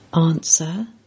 Answer